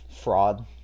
Fraud